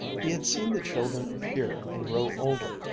he had seen the children appear and grow older,